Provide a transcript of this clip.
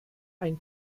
ein